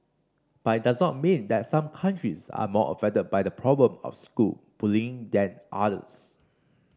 but does not mean that some countries are more affected by the problem of school bullying than others